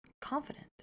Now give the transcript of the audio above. Confident